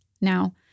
Now